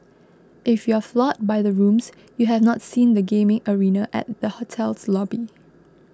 if you're floored by the rooms you have not seen the gaming arena at the hotel's lobby